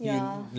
ya